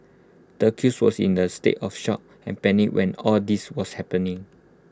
the accused was in A state of shock and panic when all this was happening